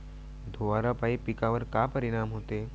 धुवारापाई पिकावर का परीनाम होते?